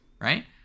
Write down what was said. right